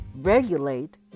regulate